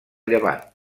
llevant